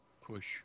push